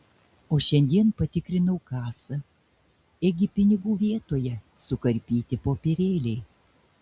o šiandien patikrinau kasą ėgi pinigų vietoje sukarpyti popierėliai